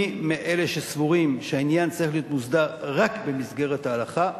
אני מאלה שסבורים שהעניין צריך להיות מוסדר רק במסגרת ההלכה,